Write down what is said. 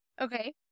Okay